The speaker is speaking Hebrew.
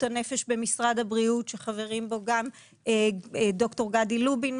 הנפש במשרד הבריאות שחברים בה גם ד"ר גדי לובין,